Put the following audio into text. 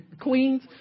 Queens